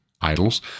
idols